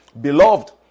Beloved